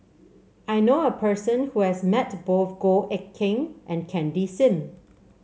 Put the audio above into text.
I know a person who has met both Goh Eck Kheng and Candy Sim